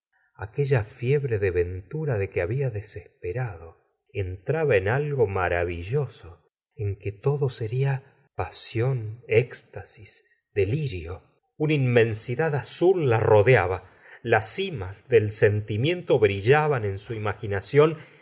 aquella fiebre de ventura de que había desesperado entraba en algo maravilloso en que todo seria pasión éxtasis delirio una inmensidad azul la rodeaba las cimas del sentimiento brillaban en su imaginación